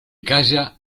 calla